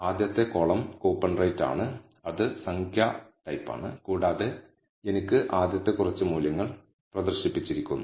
ആദ്യത്തെ column coupon rate ആണ് അത് സംഖ്യാ തരത്തിലുള്ളതാണ് കൂടാതെ എനിക്ക് ആദ്യത്തെ കുറച്ച് മൂല്യങ്ങൾ പ്രദർശിപ്പിച്ചിരിക്കുന്നു